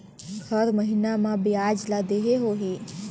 हर महीना मा ब्याज ला देहे होही?